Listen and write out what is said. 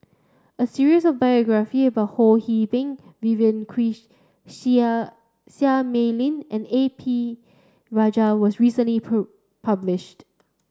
a series of biography about Ho See Beng Vivien Quahe Seah Mei Lin and A P Rajah was recently published